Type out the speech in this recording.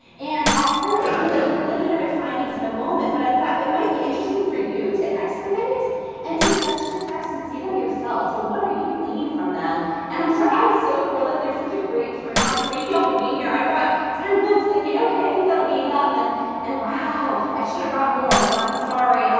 and i'll ah highlight some of the preliminary findings in a moment. but i thought it might be interesting for you to excavate and to touch the text and see them yourselves. so what are you gleaming from them and i'm sorry. i'm so thrilled that there's such a great turnout. so, thank y'all for being here. i brought ten books thinking, okay i think that'll be enough and and wow i should've brought more. so, i'm sorry.